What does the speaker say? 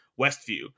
Westview